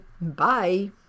bye